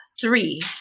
three